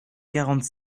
quarante